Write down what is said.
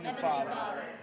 Father